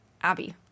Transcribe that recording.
Abby